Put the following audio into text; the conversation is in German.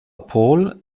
paul